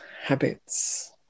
habits